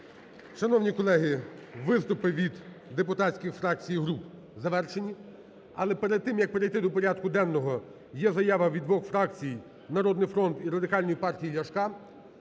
Шановні колеги, виступи від депутатських фракцій і груп завершені, але перед тим як перейти до порядку денного є заява від двох фракцій: "Народний фронт" і Радикальної партії Ляшка.